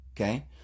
Okay